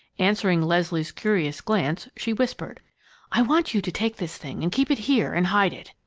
answering leslie's curious glance, she whispered i want you to take this thing and keep it here and hide it.